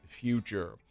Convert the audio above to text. future